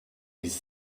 ist